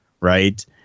right